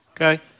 okay